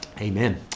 amen